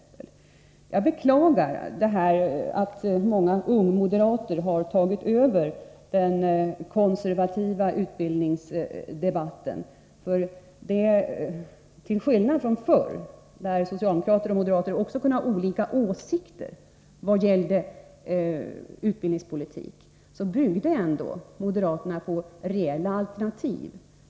Jag beklagar att många ungmoderater har tagit över den konservativa utbildningsdebatten. Förr kunde också socialdemokrater och moderater ha olika åsikter i vad gällde utbildningspolitik, men då byggde ändå moderaterna på reella alternativ.